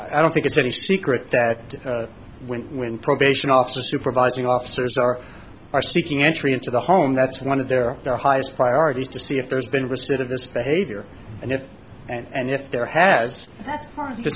i don't think it's any secret that when when probation officer supervising officers are are seeking entry into the home that's one of their their highest priority is to see if there's been reset of this behavior and if and if there has t